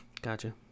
Gotcha